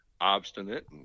obstinate